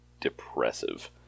depressive